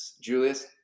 Julius